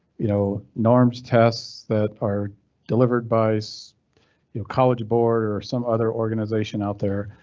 you know norms tests that are delivered by so you know college board or some other organization out there.